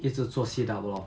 一直做 sit up lor